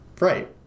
Right